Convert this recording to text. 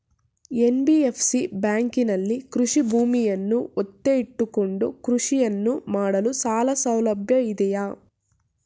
NBFC ಬ್ಯಾಂಕಿನಲ್ಲಿ ಕೃಷಿ ಭೂಮಿಯನ್ನು ಒತ್ತೆ ಇಟ್ಟುಕೊಂಡು ಕೃಷಿಯನ್ನು ಮಾಡಲು ಸಾಲಸೌಲಭ್ಯ ಇದೆಯಾ?